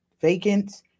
vacant